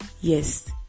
Yes